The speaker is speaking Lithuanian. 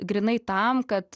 grynai tam kad